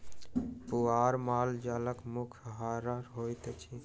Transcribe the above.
पुआर माल जालक मुख्य आहार होइत अछि